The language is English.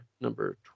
number